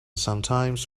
sometimes